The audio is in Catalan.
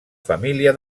família